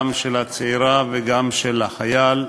גם של הצעירה וגם של החייל,